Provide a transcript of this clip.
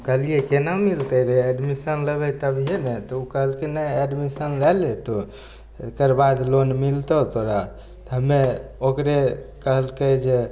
हम कहलियै केना मिलतय रे एडमिशन लेबय तभीये ने तऽ उ कहलकय नहि एडमिशन लए ले तु एकर बाद लोन मिलतौ तोरा हमे ओकरे कहलकय जे